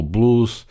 Blues